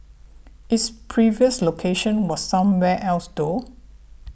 its previous location was somewhere else though